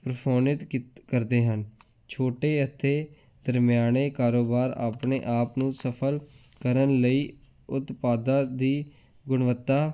ਪਸੋਨਿਤ ਕਿਤ ਕਰਦੇ ਹਨ ਛੋਟੇ ਅਤੇ ਦਰਮਿਆਨੇ ਕਾਰੋਬਾਰ ਆਪਣੇ ਆਪ ਨੂੰ ਸਫਲ ਕਰਨ ਲਈ ਉਤਪਾਦਾਂ ਦੀ ਗੁਣਵੱਤਾ